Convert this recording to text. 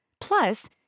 Plus